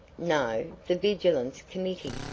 no, the vigilance committee.